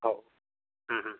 हो